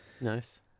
Nice